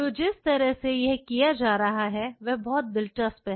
तो जिस तरह से यह किया जा रहा है वह बहुत दिलचस्प है